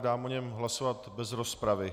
Dám o něm hlasovat bez rozpravy.